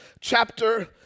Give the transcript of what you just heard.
chapter